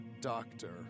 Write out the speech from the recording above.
doctor